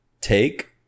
take